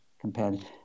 compared